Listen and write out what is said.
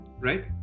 right